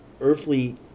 earthly